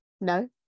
no